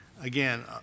Again